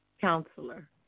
counselor